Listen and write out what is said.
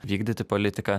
vykdyti politiką